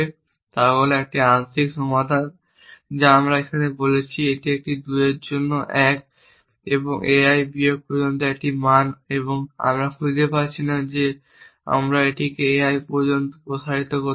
তা হল একটি আংশিক সমাধান যা আমরা এখানে বলছি এটি একটি 2 এর জন্য 1 এবং ai বিয়োগ পর্যন্ত একটি মান এবং আমরা খুঁজে পাচ্ছি না যে আমরা এটিকে ai পর্যন্ত প্রসারিত করতে পারি না